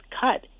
cut